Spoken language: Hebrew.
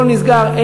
הכול נסגר.